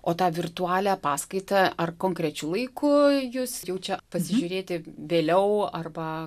o tą virtualią paskaitą ar konkrečiu laiku jūs jau čia pažiūrėti vėliau arba